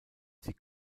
sie